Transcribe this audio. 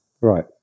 right